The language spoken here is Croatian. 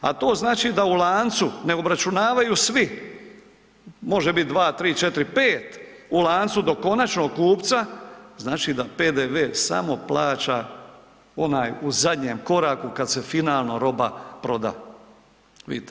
A to znači da u lancu ne obračunavaju svi, može bit 2, 3, 4, 5, u lancu do konačnog kupca, znači da PDV samo plaća onaj u zadnjem koraku kad se finalno roba proda, vidite.